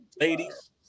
ladies